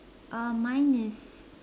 uh mine is